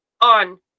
on